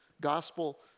gospel